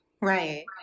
Right